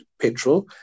petrol